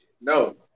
No